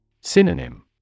Synonym